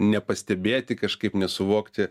nepastebėti kažkaip nesuvokti